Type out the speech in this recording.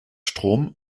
strom